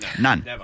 None